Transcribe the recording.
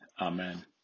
Amen